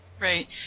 Right